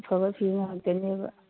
ꯑꯐꯕ ꯐꯤ ꯉꯥꯛꯇꯅꯦꯕ